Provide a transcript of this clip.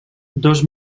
dos